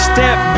Step